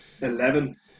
Eleven